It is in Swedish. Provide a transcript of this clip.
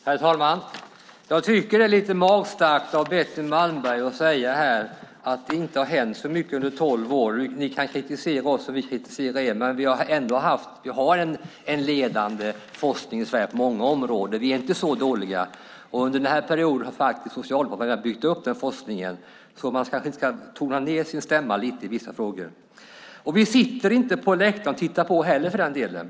Herr talman! Det är lite magstarkt av Betty Malmberg att här säga att det inte har hänt så mycket under tolv år. Ni kan kritisera oss, och vi kan kritisera er. Men vi har ändå en ledande forskning i Sverige på många områden. Vi är inte så dåliga. Under den perioden har Socialdemokraterna byggt upp forskningen. Man kanske ska tona ned sin stämma lite i vissa frågor. Vi sitter inte heller på läktaren och tittar på för den delen.